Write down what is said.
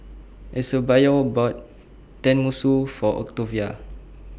Eusebio bought Tenmusu For Octavia